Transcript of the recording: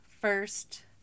first